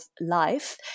life